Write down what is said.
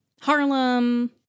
Harlem